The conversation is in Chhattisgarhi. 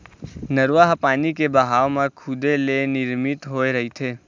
नरूवा ह पानी के बहाव म खुदे ले निरमित होए रहिथे